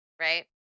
right